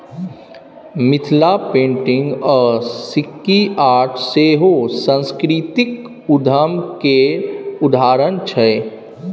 Mithila painting आ sikki art सेहो सास्कृतिक उद्यम केर उदाहरण छै